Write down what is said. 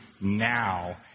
now